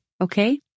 okay